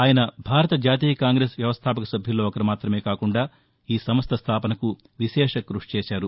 ఆయన భారత జాతీయ కాంగ్రెస్ వ్యవస్థాపక సభ్యుల్లో ఒకరు మాతమే కాకుండా ఈ సంస్ద స్దాపనకు విశేషకృషి చేశారు